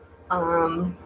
um